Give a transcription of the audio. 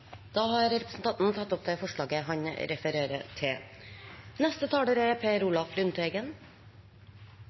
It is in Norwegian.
Da har representanten Gisle Meininger Saudland tatt opp det forslaget han refererte til. Senterpartiets ledestjerne er